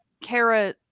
kara